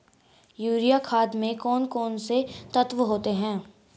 Urea खाद में कौन कौन से तत्व होते हैं?